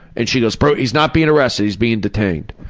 and she goes, brody's not being arrested, he's being detained.